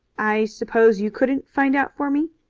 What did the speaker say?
i suppose you couldn't find out for me?